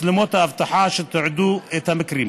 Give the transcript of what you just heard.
מצלמות האבטחה שתיעדו את המקרים.